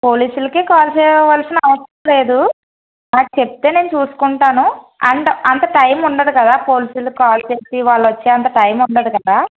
పోలీసులకే call చేయవలసిన అవసరం లేదు నాకు చెప్తే నేను చూసుకుంటాను అంత అంత టైం ఉండదు కదా పోలీసులకి కాల్ చేసి వాళ్ళొచ్చే అంత టైం ఉండదు కదా